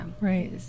Right